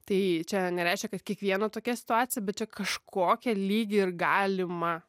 tai čia nereiškia kad kiekviena tokia situacija bet čia kažkokia lyg ir galima